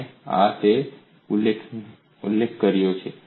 અને આ તે છે જેનો મેં ઉલ્લેખ કર્યો છે